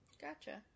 Gotcha